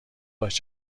باش